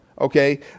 Okay